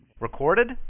Recorded